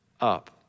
up